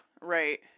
Right